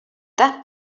that